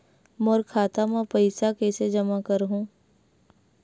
मोर खाता म पईसा कइसे जमा करहु?